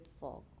fog